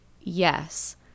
yes